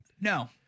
No